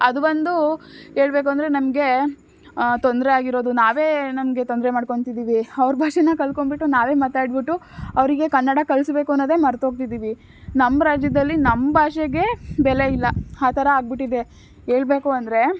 ಅದು ಒಂದು ಹೇಳ್ಬೇಕು ಅಂದರೆ ನಮಗೆ ತೊಂದರೆ ಆಗಿರೋದು ನಾವೇ ನಮಗೆ ತೊಂದರೆ ಮಾಡ್ಕೊತಿದೀವಿ ಅವ್ರ ಭಾಷೆನ ಕಲ್ತ್ಕೊಂಬಿಟ್ಟು ನಾವೇ ಮಾತಾಡಿಬಿಟ್ಟು ಅವರಿಗೆ ಕನ್ನಡ ಕಲಿಸ್ಬೇಕು ಅನ್ನೋದೆ ಮರೆತೋಗಿದ್ದೀವಿ ನಮ್ಮ ರಾಜ್ಯದಲ್ಲಿ ನಮ್ಮ ಭಾಷೆಗೇ ಬೆಲೆ ಇಲ್ಲ ಆ ಥರ ಆಗಿಬಿಟ್ಟಿದೆ ಹೇಳ್ಬೇಕು ಅಂದರೆ